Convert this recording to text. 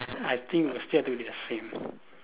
I think will still have to be the same